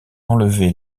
enlever